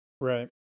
Right